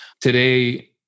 Today